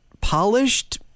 polished